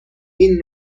این